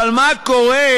אבל מה קורה,